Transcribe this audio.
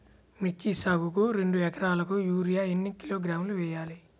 మిర్చి సాగుకు రెండు ఏకరాలకు యూరియా ఏన్ని కిలోగ్రాములు వేయాలి?